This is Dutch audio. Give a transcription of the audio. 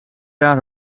daar